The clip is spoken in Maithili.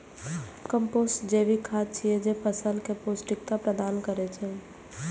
कंपोस्ट जैविक खाद छियै, जे फसल कें पौष्टिकता प्रदान करै छै